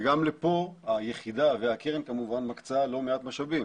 וגם לפה היחידה והקרן כמובן מקצה לא מעט משאבים.